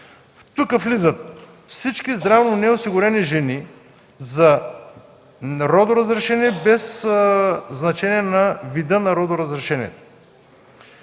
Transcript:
Тук влизат всички здравно неосигурени жени за родоразрешение без значение на вида на родоразрешението.